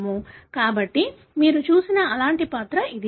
కాబట్టి మీరు చూసిన అలాంటి పాత్ర ఇది